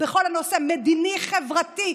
בכל נושא, מדיני, חברתי,